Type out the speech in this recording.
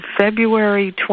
February